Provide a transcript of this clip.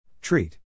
Treat